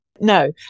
No